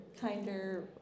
kinder